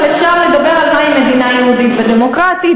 אבל אפשר לדבר על מהי מדינה יהודית ודמוקרטית,